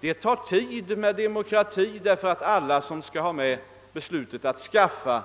Det tar tid i en demokrati, eftersom alla som har med beslutet att skaffa